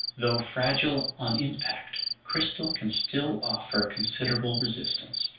though fragile on impact, crystal can still offer considerable resistance.